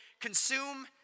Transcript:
consume